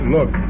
Look